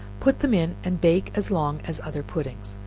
put them in, and bake as long as other puddings,